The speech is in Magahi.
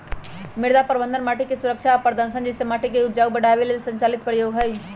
मृदा प्रबन्धन माटिके सुरक्षा आ प्रदर्शन जइसे माटिके उपजाऊ बढ़ाबे लेल संचालित प्रयोग हई